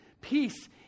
Peace